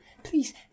Please